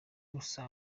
gusa